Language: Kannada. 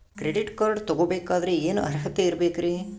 ಕ್ರೆಡಿಟ್ ಕಾರ್ಡ್ ತೊಗೋ ಬೇಕಾದರೆ ಏನು ಅರ್ಹತೆ ಇರಬೇಕ್ರಿ?